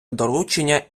доручення